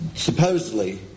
Supposedly